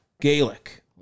Gaelic